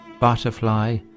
Butterfly